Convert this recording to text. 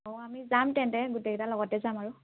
অঁ আমি যাম তেন্তে গোটেইকেইটা লগতে যাম আৰু